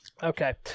okay